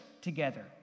together